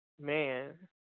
Man